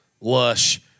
lush